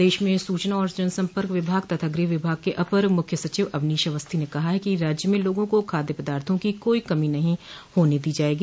प्रदेश में सूचना और जनसंपर्क विभाग तथा गृह विभाग के अपर मुख्य सचिव अवनीश अवस्थी ने कहा कि राज्य में लोगों को खाद्य पदार्थो की कोई कमी नहीं होने दी जायेगी